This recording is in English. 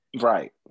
Right